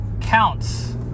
Counts